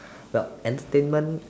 well entertainment